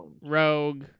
rogue